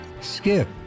Skip